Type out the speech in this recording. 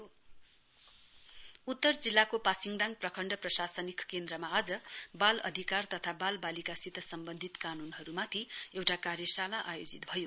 workshop उत्तर जिल्लाको पासिङदाङ प्रखण्ड प्रशासनिक केन्द्रमा आज बाल अधिकार तथा बाल बालिकासित सम्वन्धित कानूनहरूमाथि एउटा कार्यशाला आयोजित भयो